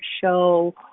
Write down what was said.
show